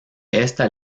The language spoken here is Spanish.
esta